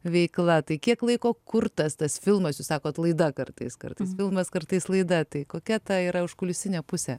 veikla tai kiek laiko kurtas tas filmas jūs sakot laida kartais kartais filmas kartais laida tai kokia ta yra užkulisinė pusė